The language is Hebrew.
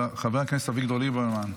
חבר הכנסת אביגדור ליברמן,